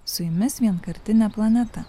su jumis vienkartinė planeta